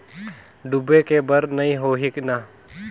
डूबे के बर नहीं होही न?